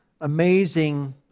amazing